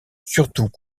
surtout